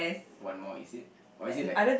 one more is it or is it like